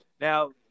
Now